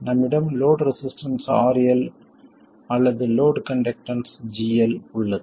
நம்மிடம் load resistance RL அல்லது load conductance GL உள்ளது